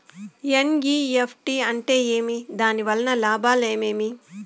NEFT అంటే ఏమి? దాని వలన లాభాలు ఏమేమి